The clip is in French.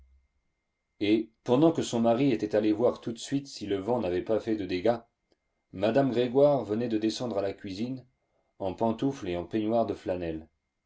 et pendant que son mari était allé voir tout de suite si le vent n'avait pas fait de dégâts madame grégoire venait de descendre à la cuisine en pantoufles et en peignoir de flanelle